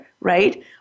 right